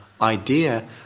idea